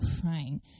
crying